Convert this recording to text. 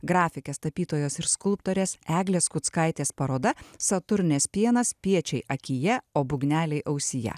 grafikės tapytojos ir skulptorės eglės kuckaitės paroda saturnės pienas spiečiai akyje o būgneliai ausyje